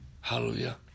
hallelujah